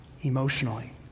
emotionally